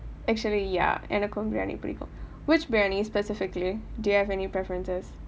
actually ya எனக்கும் பிரியாணி பிடிக்கும்:enakkum biriyani pidikum which biryani specifically do you have any preferences